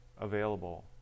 available